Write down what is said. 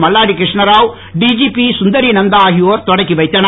Malladi Krishnarao DGP Sundari Nanda ஆகியொர் தொடக்கி வைத்தனர்